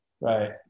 Right